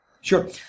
sure